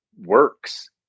works